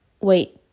wait